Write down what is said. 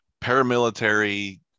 paramilitary